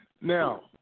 Now